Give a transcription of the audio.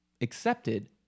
accepted